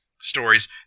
stories